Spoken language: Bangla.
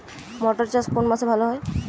মটর চাষ কোন মাসে ভালো হয়?